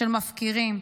של מפקירים,